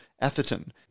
Atherton